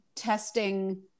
testing